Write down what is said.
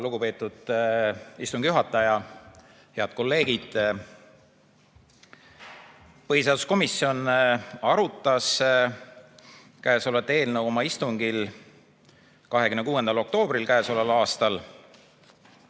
lugupeetud istungi juhataja! Head kolleegid! Põhiseaduskomisjon arutas käesolevat eelnõu oma istungil 26. oktoobril k.a.